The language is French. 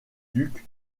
duc